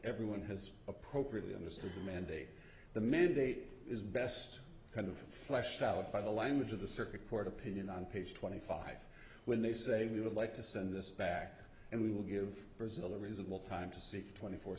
everyone has appropriately understood the mandate the mandate is best kind of fleshed out by the language of the circuit court opinion on page twenty five when they say we would like to send this back and we will give brazil a reasonable time to seek twenty four